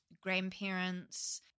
grandparents